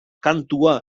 kantua